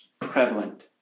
prevalent